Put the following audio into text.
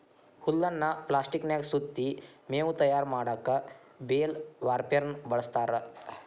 ಹುಲ್ಲನ್ನ ಪ್ಲಾಸ್ಟಿಕನ್ಯಾಗ ಸುತ್ತಿ ಮೇವು ತಯಾರ್ ಮಾಡಕ್ ಬೇಲ್ ವಾರ್ಪೆರ್ನ ಬಳಸ್ತಾರ